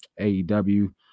AEW